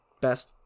best